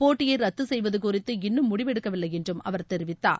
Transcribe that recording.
போட்டியைரத்துசெய்வதுகுறித்து இன்னும் முடிவெடுக்கவில்லைஎன்றுஅவர் தெரிவித்தார்